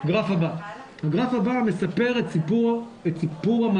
הגרף הבא מספר את סיפור המגפה.